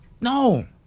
No